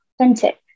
authentic